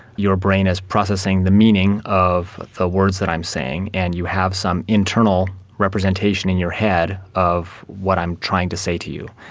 your brain is processing the meaning of the words that i'm saying and you have some internal representation in your head of what i'm trying to say to you.